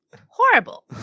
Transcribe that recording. horrible